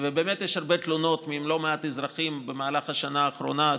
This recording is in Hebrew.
ובאמת יש הרבה תלונות מלא מעט אזרחים במהלך השנה האחרונה,